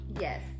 Yes